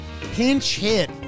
pinch-hit